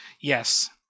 Yes